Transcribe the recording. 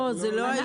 לא, זה לא האישיו.